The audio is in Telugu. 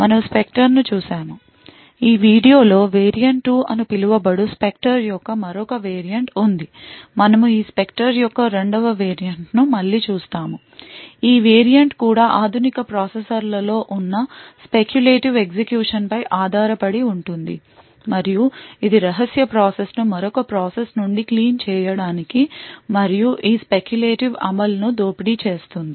మనము స్పెక్టర్ను చూశాము ఈ వీడియో లో వేరియంట్ 2 అని పిలువబడు స్పెక్టర్ యొక్క మరొక వేరియంట్ ఉంది మనము ఈ స్పెక్టెర్ యొక్క రెండవ వేరియంట్ ను మళ్ళీ చూస్తాము ఈ వేరియంట్ కూడా ఆధునిక ప్రాసెసర్ల లో ఉన్న స్పెక్యులేటివ్ ఎగ్జిక్యూషన్ పై ఆధారపడి ఉంటుంది మరియు ఇది రహస్య ప్రాసెస్ ను మరొక ప్రాసెస్ నుండి క్లీన్ చేయడానికి మరియు ఈ స్పెక్యులేటివ్ అమలు ను దోపిడీ చేస్తుంది